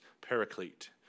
paraclete